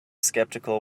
skeptical